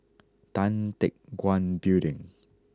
Tan Teck Guan Building